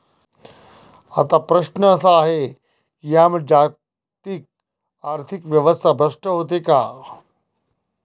आता प्रश्न असा आहे की यामुळे जागतिक आर्थिक व्यवस्था भ्रष्ट होते का?